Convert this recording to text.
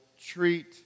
treat